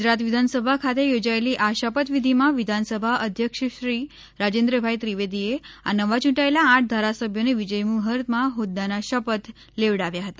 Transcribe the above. ગુજરાત વિધાનસભા ખાતે યોજાયેલી આ શપથ વિધિમાં વિધાનસભા અધ્યક્ષ શ્રી રાજેન્દ્રભાઇ ત્રિવેદીએ આ નવા ચૂંટાયેલા આઠ ધારાસભ્યોને વિજયમૂર્ફતમાં હોદ્દાના શપથ લેવડાવ્યા હતા